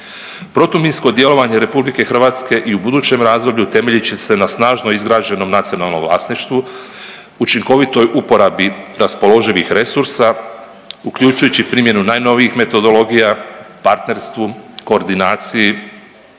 Protuminsko djelovanje RH i u budućem razdoblju temeljit će se na snažno izgrađenom nacionalnom vlasništvu, učinkovitoj uporabi raspoloživih resursa uključujući primjenu najnovijih metodologija, partnerstvu, koordinaciji